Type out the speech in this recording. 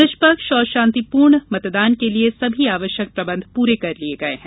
निष्पक्ष और शांतिपूर्ण मतदान के लिए सभी आवश्यक प्रबंध पूरे कर लिये गये हैं